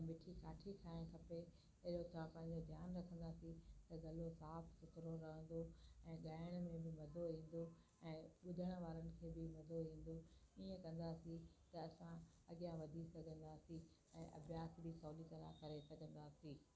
मिठी काठी खाइणु खपे अहिड़ो तव्हां पंहिंजो ध्यानु रखंदासीं त गलो साफ़ु सुथिरो रहंदो ऐं ॻाइण में बि मज़ो ईंदो ऐं ॿुधण वारनि खे बि मज़ो ईंदो ईअं कंदासीं त असां अॻियां वधी सघंदासीं ऐं अभ्यास बि सवली तरह करे सघंदासीं